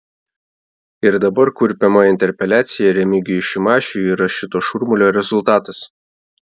ir dabar kurpiama interpeliacija remigijui šimašiui yra šito šurmulio rezultatas